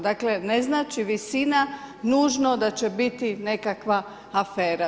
Dakle, ne znači visina nužno da će biti nekakva afera.